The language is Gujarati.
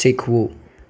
શીખવું